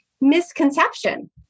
misconception